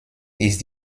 ist